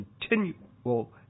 continual